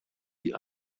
die